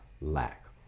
lack